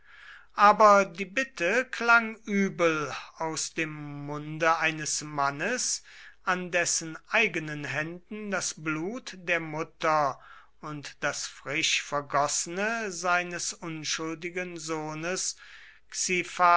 aber die bitte klang übel aus dem munde eines mannes an dessen eigenen händen das blut der mutter und das frisch vergossene seines unschuldigen sohnes